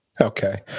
Okay